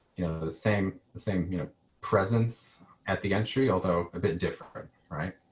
the the same the same you know presence at the entry, although a bit different. right.